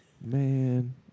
Man